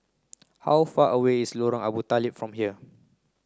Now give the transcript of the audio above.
how far away is Lorong Abu Talib from here